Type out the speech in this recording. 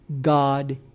God